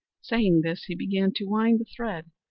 saying this he began to wind the thread,